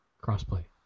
Cross-play